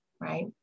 right